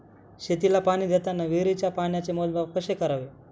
शेतीला पाणी देताना विहिरीच्या पाण्याचे मोजमाप कसे करावे?